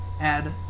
Add